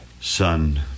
Son